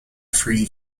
fruity